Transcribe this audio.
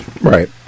right